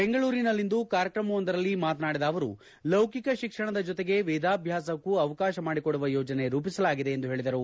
ಬೆಂಗಳೂರಿನಲ್ಲಿಂದು ಕಾರ್ಯಕ್ರಮವೊಂದರಲ್ಲಿ ಮಾತನಾಡಿದ ಅವರು ಲೌಕಿಕ ಶಿಕ್ಷಣದ ಜತೆ ವೇದಾಭ್ಯಾಸಕ್ಕೂ ಅವಕಾಶ ಮಾಡಿಕೊಡುವ ಯೋಜನೆ ರೂಪಿಸಲಾಗಿದೆ ಎಂದು ಹೇಳಿದರು